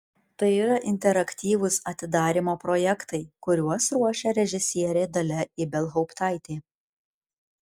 tai yra interaktyvūs atidarymo projektai kuriuos ruošia režisierė dalia ibelhauptaitė